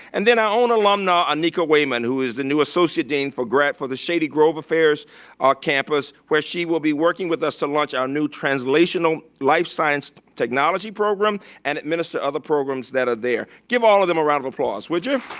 and then our own alumna annica wayman, who is the new associate dean for the shady grove affairs campus where she will be working with us to launch our new translational life science technology program and administer other programs that are there. give all of them a round of applause, would you?